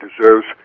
deserves